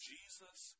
Jesus